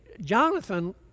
Jonathan